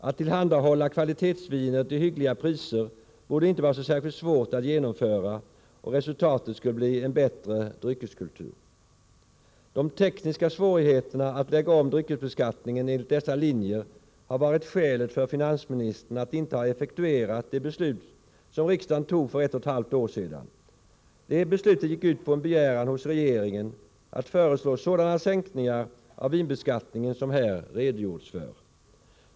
Att tillhandahålla kvalitetsviner till hyggliga priser borde inte vara så särskilt svårt att genomföra, och resultatet skulle bli en bättre dryckeskultur. De tekniska svårigheterna att lägga om dryckesbeskattningen enligt dessa linjer har varit finansministerns skäl för att inte ha effektuerat det beslut som riksdagen fattade för ett och ett halvt år sedan. Det beslutet gick ut på en begäran hos regeringen att föreslå sådana sänkningar av vinbeskattningen som här redogjorts för.